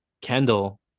Kendall